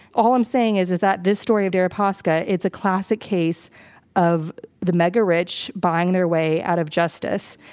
all i'm saying is, is that this story of deripaska, it's a classic case of the mega-rich buying their way out of justice.